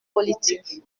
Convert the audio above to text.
politique